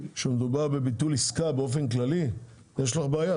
כאשר מדובר בביטול עסקה באופן כללי, יש לך בעיה.